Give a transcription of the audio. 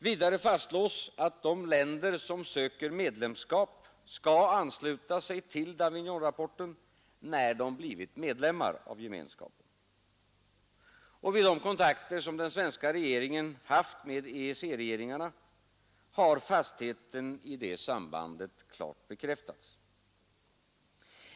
Vidare fastslås att de länder som söker medlemskap skall ansluta sig till Davignonrapporten, när de blivit medlemmar av gemenskapen. Vid de kontakter som den svenska regeringen haft med EEC-regeringarna har fastheten i detta samband klart bekräftats.